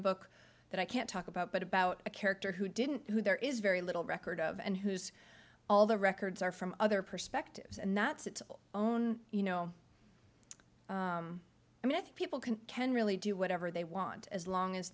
a book that i can't talk about but about a character who didn't who there is very little record of and whose all the records are from other perspectives and that's its own you know i mean people can can really do whatever they want as long as